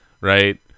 right